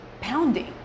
pounding